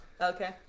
Okay